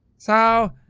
so.